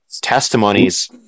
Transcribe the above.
testimonies